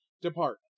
department